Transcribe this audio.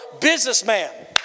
businessman